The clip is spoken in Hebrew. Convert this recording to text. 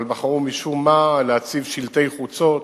אבל בחרו משום מה להציב שלטי חוצות,